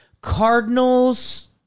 Cardinals